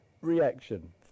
reaction